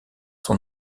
son